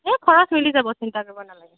এ খৰচ মিলি যাব চিন্তা কৰিব নালাগে